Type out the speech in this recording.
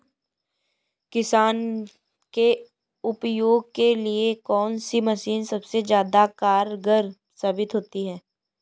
किसान के उपयोग के लिए कौन सी मशीन सबसे ज्यादा कारगर साबित होती है?